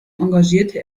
engagierte